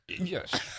Yes